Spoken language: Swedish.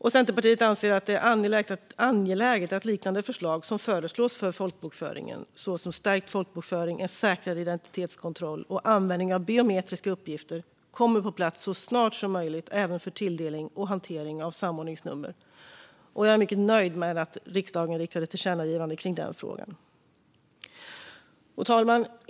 Centerpartiet anser att det är angeläget att liknande åtgärder som föreslås för folkbokföringen, såsom stärkt folkbokföring, en säkrare identitetskontroll och användning av biometriska uppgifter, kommer på plats så snart som möjligt även för tilldelning och hantering av samordningsnummer. Och jag är mycket nöjd med att riksdagen föreslår ett tillkännagivande i denna fråga. Fru talman!